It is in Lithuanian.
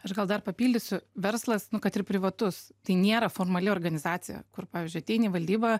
aš gal dar papildysiu verslas nu kad ir privatus tai nėra formali organizacija kur pavyzdžiui ateini į valdybą